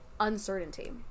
uncertainty